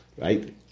right